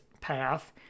path